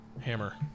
hammer